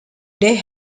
they